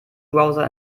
browser